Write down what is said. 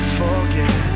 forget